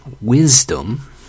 wisdom